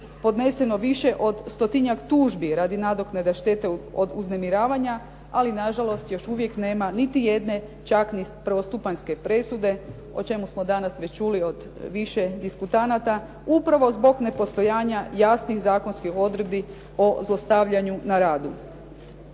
podneseno više od stotinjak tužbi radi nadoknade štete od uznemiravanja, ali nažalost još uvijek nema niti jedne čak ni prvostupanjske presude, o čemu smo danas već čuli od više diskutanata, upravo zbog nepostojanja jasnih zakonskih odredbi o zlostavljanju na radu.